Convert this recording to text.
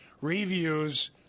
Reviews